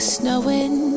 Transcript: snowing